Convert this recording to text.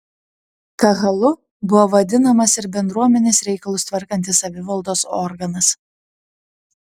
kahalu buvo vadinamas ir bendruomenės reikalus tvarkantis savivaldos organas